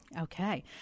Okay